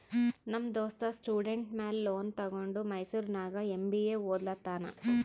ನಮ್ ದೋಸ್ತ ಸ್ಟೂಡೆಂಟ್ ಮ್ಯಾಲ ಲೋನ್ ತಗೊಂಡ ಮೈಸೂರ್ನಾಗ್ ಎಂ.ಬಿ.ಎ ಒದ್ಲತಾನ್